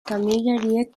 kamioilariek